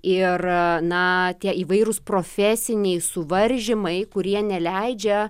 ir na tie įvairūs profesiniai suvaržymai kurie neleidžia